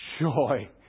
joy